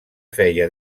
feia